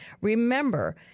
Remember